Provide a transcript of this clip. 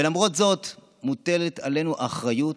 ולמרות זאת מוטלת עלינו אחריות,